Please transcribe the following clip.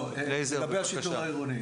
טוב, לגבי השיטור העירוני